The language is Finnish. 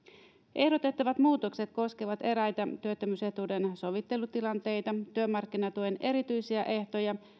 ehdotettavat muutokset koskevat eräitä työttömyysetuuden sovittelutilanteita työmarkkinatuen erityisiä ehtoja